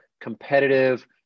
competitive